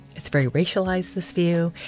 it's very racialized, this view.